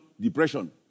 depression